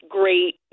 great